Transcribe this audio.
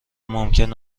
ممکن